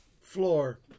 floor